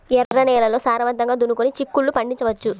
ఎర్ర నేలల్లో సారవంతంగా దున్నుకొని చిక్కుళ్ళు పండించవచ్చు